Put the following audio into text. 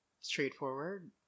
straightforward